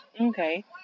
Okay